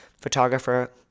photographer